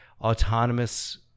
autonomous